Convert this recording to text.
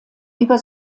über